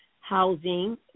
housing